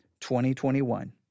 2021